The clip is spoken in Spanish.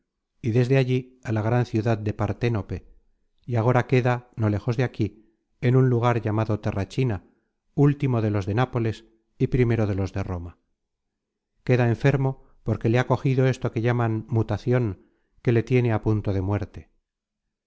y desde allí á la gran ciudad de partenope y agora queda no lejos de aquí en un lugar llamado terrachina último de los de nápoles y primero de los de roma queda enfermo porque le ha cogido esto que llaman mutacion que le tiene á punto de muerte